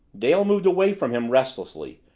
dale moved away from him restlessly,